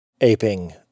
aping